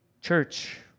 Church